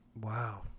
Wow